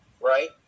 right